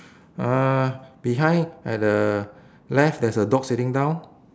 uh behind at the left there's a dog sitting down